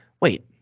wait